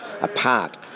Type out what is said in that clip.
apart